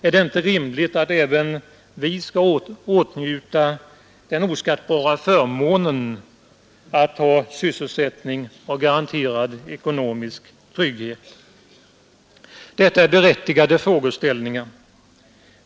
Är det inte rimligt att även vi skall åtnjuta den oskattbara förmånen att ha sysselsättning och garanterad ekonomisk trygghet? Dettz berättigade frågeställningar.